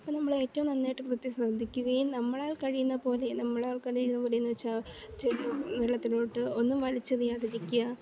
അപ്പം നമ്മളേറ്റവും നന്നായിട്ടു വൃത്തി ശ്രദ്ധിക്കുകയും നമ്മളാൽ കഴിയുന്ന പോലെ നമ്മളാൽ കഴിയുന്ന പോലെയെന്നു വെച്ചാൽ ചെടി വെള്ളത്തിലോട്ട് ഒന്നും വലിച്ചെറിയാതിരിക്കുക